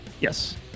Yes